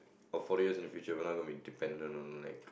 of fortlios in the future when I got been dependent or not like